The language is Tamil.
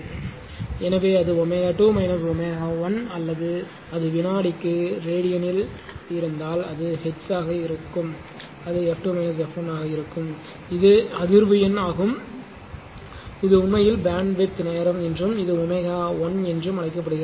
எனவே அது ω2 ω 1 அல்லது அது வினாடிக்கு ரேடியனில் இருந்தால் அல்லது அது ஹெர்ட்ஸாக இருந்தால் அது f 2 f 1 ஆக இருக்கும் இது அதிர்வு அதிர்வெண் ஆகும் இது உண்மையில் பேண்ட்வித் நேரம் என்றும் இது ω 1 என்றும் அழைக்கப்படுகிறது